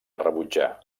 rebutjar